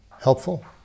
helpful